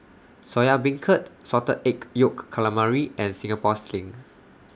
Soya Beancurd Salted Egg Yolk Calamari and Singapore Sling